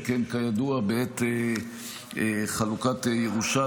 שכן כידוע בעת חלוקת ירושה,